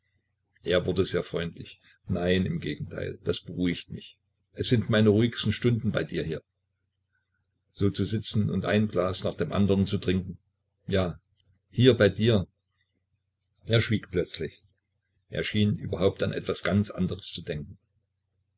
er wurde sehr freundlich nein im gegenteil das beruhigt mich es sind meine ruhigsten stunden hier bei dir so zu sitzen und ein glas nach dem andern zu trinken ja hier bei dir er schwieg plötzlich er schien überhaupt an etwas ganz andres zu denken